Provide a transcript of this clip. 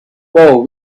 while